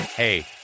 Hey